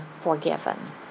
forgiven